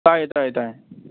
ꯇꯥꯏꯌꯦ ꯇꯥꯏꯌꯦ ꯇꯥꯏꯌꯦ